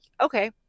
okay